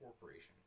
corporation